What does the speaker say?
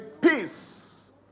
peace